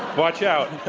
watch out.